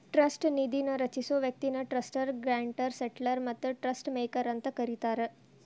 trust ನಿಧಿನ ರಚಿಸೊ ವ್ಯಕ್ತಿನ ಟ್ರಸ್ಟರ್ ಗ್ರಾಂಟರ್ ಸೆಟ್ಲರ್ ಮತ್ತ ಟ್ರಸ್ಟ್ ಮೇಕರ್ ಅಂತ ಕರಿತಾರ